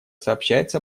сообщается